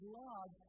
love